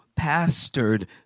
pastored